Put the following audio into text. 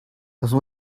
those